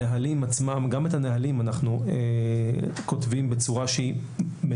גם את הנהלים אנחנו כותבים בצורה מתואמת